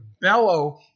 bellow